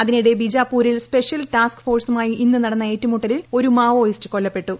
അതിനിടെ ബിജാപൂരിൽ special task ഫോഴ്സുമായി ഇന്ന് നടന്ന ഏറ്റുമുട്ടലിൽ ഒരു മാവോയിസ്റ്റ് കൊല്ലപ്പെട്ടു